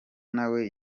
nawe